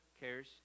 Cares